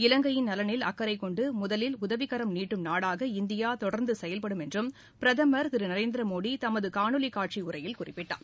இலங்கையின் நலனில் அக்கறை கொண்டு முதலில் உதவிக்கரம் நீட்டும் நாடாக இந்தியா தொடர்ந்து செயல்படும் என்று பிரதமர் திரு நரேந்திர மோடி தமது காணொலி காட்சி உரையில் குறிப்பிட்டார்